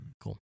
cool